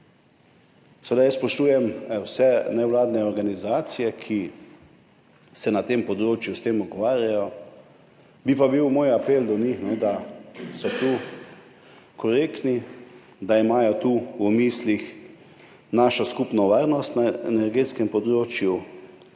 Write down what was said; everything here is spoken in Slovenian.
Seveda jaz spoštujem vse nevladne organizacije, ki se ukvarjajo s tem področjem, bi pa bil moj apel njim, da so tu korektni, da imajo tu v mislih našo skupno varnost na energetskem področju,